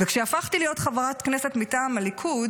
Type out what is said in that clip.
וכשהפכתי להיות חברת כנסת מטעם הליכוד